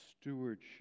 stewardship